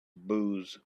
booze